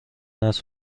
است